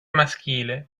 maschile